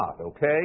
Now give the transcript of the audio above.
okay